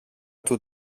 του